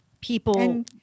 people